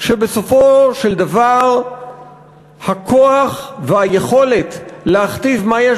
שבסופו של דבר הכוח והיכולת להכתיב מה יש